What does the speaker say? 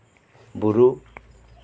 ᱵᱩᱨᱩ